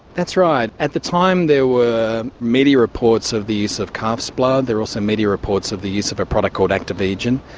that's right, at the time there were media reports of the use of calf's blood, there were also media reports of the use of a product called actovegin.